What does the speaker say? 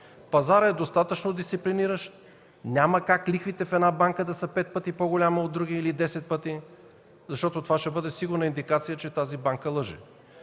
Пазарът е достатъчно дисциплиниращ, няма как лихвите в една банка да са пет пъти по-големи от други или десет пъти, защото това ще бъде сигурна индикация, че тази банка лъже.